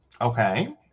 Okay